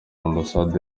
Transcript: ambasade